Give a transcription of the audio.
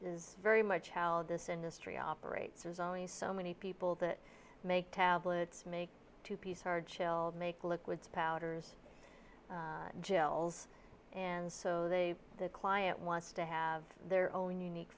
is very much while this industry operates there's only so many people that make tablets make two piece hard shell make liquids powders gels and so the client wants to have their own unique